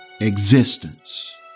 existence